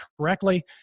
correctly